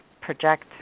project